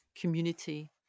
community